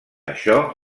això